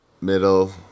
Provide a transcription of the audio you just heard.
Middle